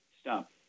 stop